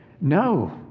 no